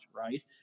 right